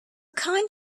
kind